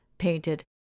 painted